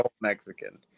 Mexican